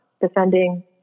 defending